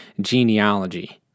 genealogy